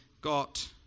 got